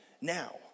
now